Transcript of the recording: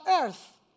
earth